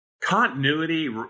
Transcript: continuity